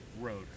road